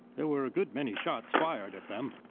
there were a good many shots fired at them,